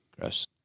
Gross